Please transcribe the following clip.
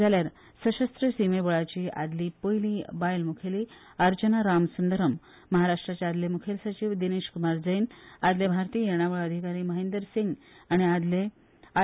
जाल्यार सशस्त्र शीमे बळाची आदली पयली बायल मुखेली अर्चना राम सुंदरम महाराष्ट्राचे आदले मुखेल सचिव दिनेश कुमार जैन आदले भारतीय येणावळ अधिकारी महेंदर सिंग आनी आदले आय